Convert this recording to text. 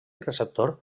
receptor